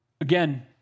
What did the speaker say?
Again